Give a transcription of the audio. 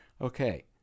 Okay